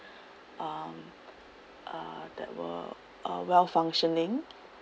um uh that were uh well functioning